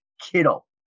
Kittle